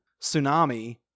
tsunami